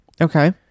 Okay